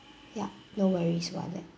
ya no worries about that